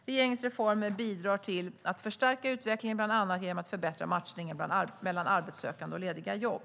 Regeringens reformer bidrar till att förstärka utvecklingen bland annat genom att förbättra matchningen mellan arbetssökande och lediga jobb.